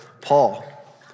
Paul